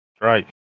Right